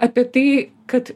apie tai kad